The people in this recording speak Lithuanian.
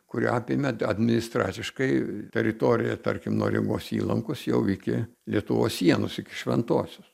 kuri apėmė administraciškai teritoriją tarkim nuo rygos įlankos jau iki lietuvos sienos iki šventosios